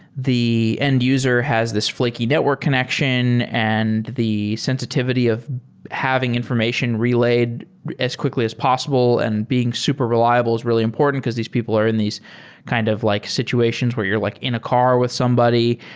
the end user has this flaky network connection and the sensitivity of having information relayed as quickly as possible and being super reliable is really important, because these people are in these kind of like situations where you're like in a car with somebody.